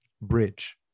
bridge